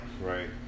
Right